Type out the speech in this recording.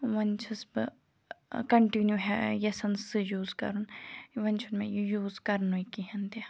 وۄنۍ چھس بہٕ کَنٹِنیوٗ ہے یَژھان سُہ یوٗز کَرُن وۄنۍ چھُنہٕ مےٚ یہِ یوٗز کَرنُے کِہیٖنۍ تہِ